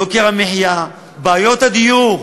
יוקר המחיה, בעיות הדיור,